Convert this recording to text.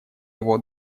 его